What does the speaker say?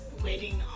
Waiting